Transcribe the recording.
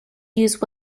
use